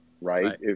right